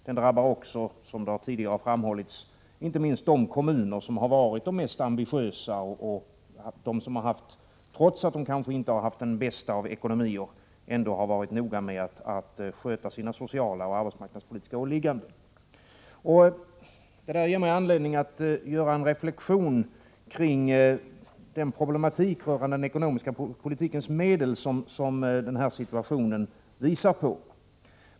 De drabbar också, som tidigare framhållits, inte minst de kommuner som har varit mest ambitiösa och som — trots att de kanske inte haft den bästa av ekonomier — har varit noga med att sköta sina sociala och arbetsmarknadspolitiska åligganden. Detta ger mig anledning att göra en reflexion kring den problematik rörande den ekonomiska politikens medel som den här situationen visar på.